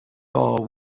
fall